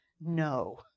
No